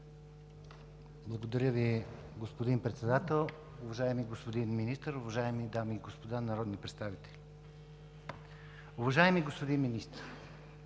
Благодаря Ви, господин Председател. Уважаеми господин Министър, уважаеми дами и господа народни представители! Уважаеми господин Министър,